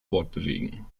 fortbewegen